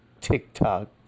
TikTok